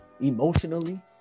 emotionally